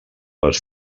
les